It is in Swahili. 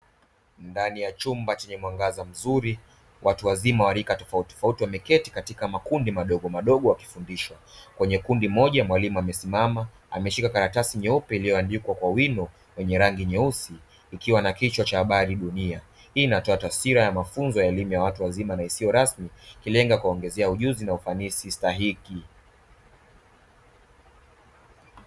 Ndani ya chumba chenye mwangaza mzuri watu wazima wa rika tofautitofauti wameketi katika makundi madogomadogo wakifundishwa kwenye kundi moja, mwalimu amesimama ameshika karatasi nyeupe iliyoandikwa kwa wino wenye rangi nyeusi ikiwa na kichwa cha habari dunia, hii inatoa taswira ya mafunzo ya elimu ya watu wazima na isiyo rasmi ikilenga kuwaongezea ujuzi na ufanisi stahiki.